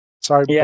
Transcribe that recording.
Sorry